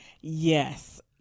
Yes